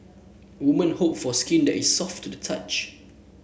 woman hope for skin that is soft to the touch